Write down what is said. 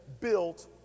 built